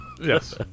Yes